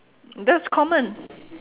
that's common